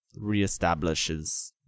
reestablishes